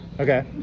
Okay